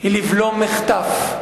היא לבלום מחטף.